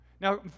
Now